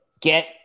Get